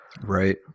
right